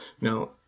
now